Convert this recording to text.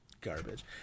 Garbage